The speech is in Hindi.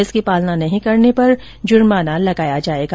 इसकी पालना नहीं करने पर जुर्माना लगाया जाएगा